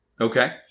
Okay